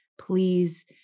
Please